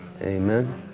amen